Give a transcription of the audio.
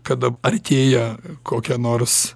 kada artėja kokia nors